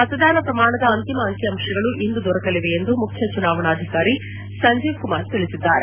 ಮತದಾನ ಪ್ರಮಾಣದ ಅಂತಿಮ ಅಂಕಿಅಂಶಗಳು ಇಂದು ದೊರಕಲಿದೆ ಎಂದು ಮುಖ್ಯ ಚುನಾವಣಾಧಿಕಾರಿ ಸಂಜೀವ್ ಕುಮಾರ್ ತಿಳಿಸಿದ್ದಾರೆ